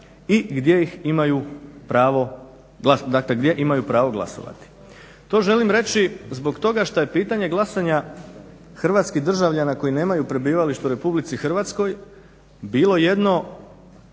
i gdje i imaju pravo glasovati. To želim reći zbog toga što je pitanje glasanja hrvatskih državljana koji nemaju prebivalište u RH bilo jedno